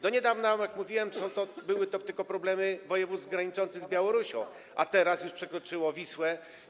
Do niedawna, jak mówiłem, były to tylko problemy województw graniczących z Białorusią, a teraz to już przekroczyło Wisłę.